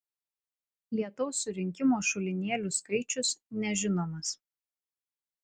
lietaus surinkimo šulinėlių skaičius nežinomas